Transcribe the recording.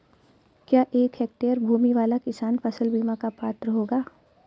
क्या एक हेक्टेयर भूमि वाला किसान फसल बीमा का पात्र होगा?